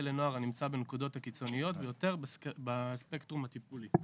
לנוער הנמצא בנקודות הקיצוניות ביותר בספקטרום הטיפולי.